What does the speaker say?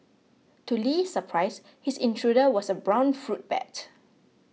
to Li's surprise his intruder was a brown fruit bat